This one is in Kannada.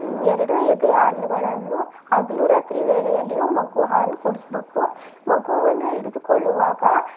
ಎರಡೂ ಎದೆ ಹಾಲುಗಳನ್ನು ಹಗ್ಲು ರಾತ್ರಿ ವೇಳೆಯಲ್ಲಿಯೂ ಮಗು ಹಾಲು ಕುಡ್ಸ್ಬೇಕು ಮಗುವನ್ನು ಹಿಡಿದುಕೊಳ್ಳುವಾಗ